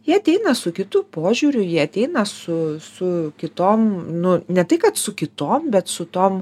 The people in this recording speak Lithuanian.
jie ateina su kitu požiūriu jie ateina su su kitom nu ne tai kad su kitom bet su tom